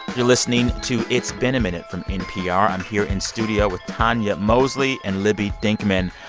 you're listening to it's been a minute from npr. i'm here in studio with tonya mosley and libby denkmann.